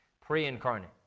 pre-incarnate